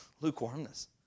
Lukewarmness